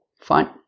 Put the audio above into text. fine